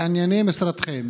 לעניין משרדכם,